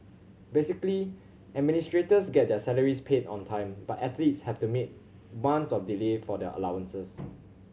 basically administrators get their salaries paid on time but athletes have to months of delay for their allowances